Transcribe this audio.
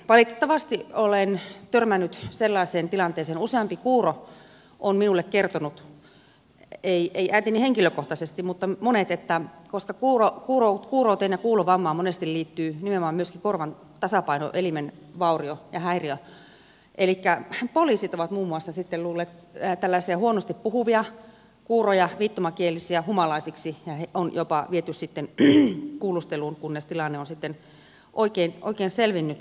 valitettavasti olen törmännyt sellaiseen tilanteeseen useampi kuuro on minulle kertonut ei äitini henkilökohtaisesti mutta monet että koska kuurouteen ja kuulovammaan monesti liittyy nimenomaan myöskin korvan tasapainoelimen vaurio ja häiriö ovat muiden muassa poliisit sitten luulleet tällaisia huonosti puhuvia kuuroja viittomakielisiä humalaisiksi ja heitä on jopa viety sitten kuulusteluun kunnes tilanne on oikein selvinnyt